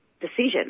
decision